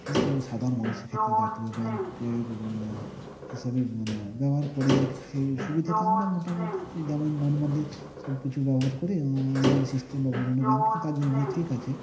কিন্তু সাধারণ মানুষের ক্ষেত্রে জাতীয় ব্যাংকের হিসেবে মানে ব্যবহার করি আর কি সেই সুবিধাটা আমরা মোটামুটি যেমন নর্মালি সব কিছু ব্যবহার করি অনলাইন সিস্টেম বা বিভিন্ন ব্যাংকিং তার জন্য আমাদের ঠিক আছে